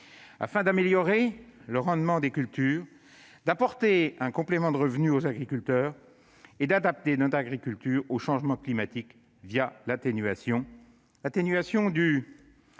afin d'améliorer le rendement des cultures, d'apporter un complément de revenus aux agriculteurs et d'adapter notre agriculture au changement climatique. L'agrivoltaïsme